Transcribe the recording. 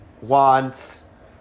wants